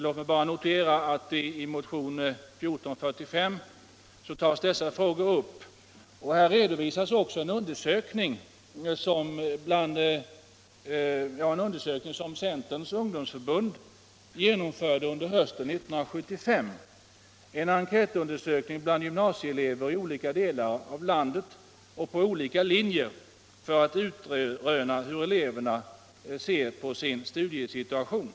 Låt mig bara notera att dessa frågor tas upp i motionen 1445. Där redovisas också en undersökning som centerns ungdomsförbund genomförde under hösten 1975 — en enkätundersökning bland gymnasieelever i olika delar av landet och på olika linjer — för att utröna hur eleverna upplever sin studiesituation.